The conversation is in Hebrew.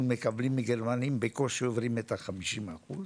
מקבלים מגרמניה בקושי עוברים את ה-50 אחוז.